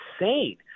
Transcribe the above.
insane